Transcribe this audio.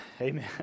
Amen